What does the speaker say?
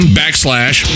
backslash